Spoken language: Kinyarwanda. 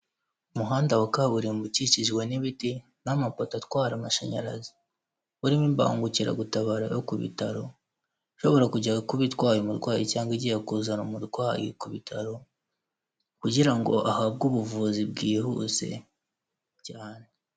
Umuhanda wa kaburimbo ukikijwe n'ibiti n'amapoto atwara amashanyarazi, urimo imbangukiragutabara yo ku bitaro, ushobora kujya kuba itwaye umurwayi cyangwa igiye kuzana umurwayi ku bitaro kugira ngo ahabwe ubuvuzi bwihuse cyane.